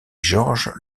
georges